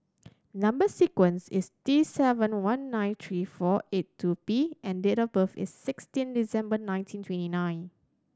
number sequence is T seven one nine three four eight two P and date of birth is sixteen December nineteen twenty nine